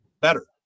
better